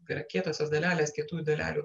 kad kietosios dalelės kietųjų dalelių